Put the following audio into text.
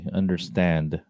understand